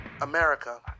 America